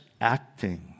acting